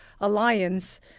Alliance